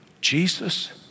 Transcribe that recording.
Jesus